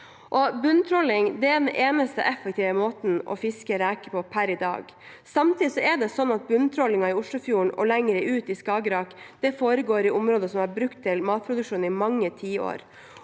Bunntråling er per i dag den eneste effektive måten å fiske reker på. Samtidig er det sånn at bunntrålingen i Oslofjorden og lenger ut i Skagerrak foregår i områder som er brukt til matproduksjon i mange tiår.